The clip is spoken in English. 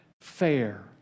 fair